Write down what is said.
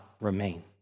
remain